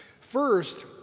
First